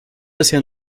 bisher